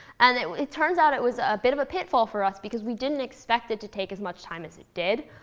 and it it turns out it was a bit of a pitfall for us, because we didn't expect it to take as much time as it did.